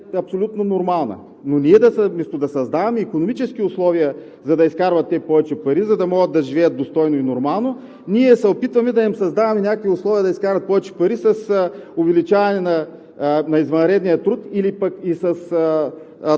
абсолютно нормална, но вместо да създаваме икономически условия, за да изкарват те повече пари, за да могат да живеят достойно и нормално, ние се опитваме да им създаваме някакви условия да изкарат повече пари с увеличаване на извънредния труд и по този